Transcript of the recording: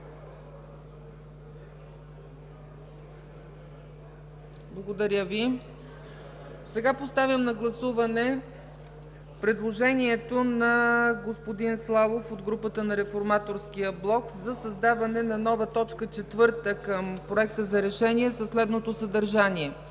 не е прието. Поставям на гласуване предложението на господин Славов от групата на Реформаторския блок за създаване на нова т. 4 към Проекта за решение със следното съдържание: